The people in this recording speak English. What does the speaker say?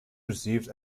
received